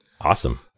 Awesome